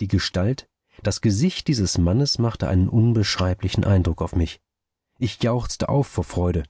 die gestalt das gesicht dieses mannes machte einen unbeschreiblichen eindruck auf mich ich jauchzte auf vor freude